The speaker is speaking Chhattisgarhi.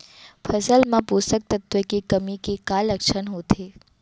फसल मा पोसक तत्व के कमी के का लक्षण होथे?